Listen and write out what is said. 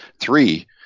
three